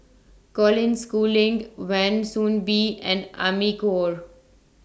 Colin Schooling Wan Soon Bee and Amy Khor